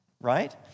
right